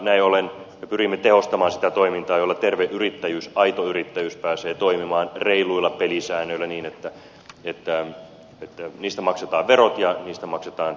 näin ollen me pyrimme tehostamaan sitä toimintaa jolla terve yrittäjyys aito yrittäjyys pääsee toimimaan reiluilla pelisäännöillä niin että työstä maksetaan verot ja muut maksut